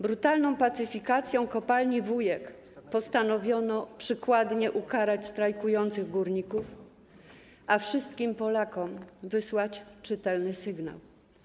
Brutalną pacyfikacją kopalni Wujek postanowiono przykładnie ukarać strajkujących górników, a wszystkim Polakom wysłać czytelny sygnał.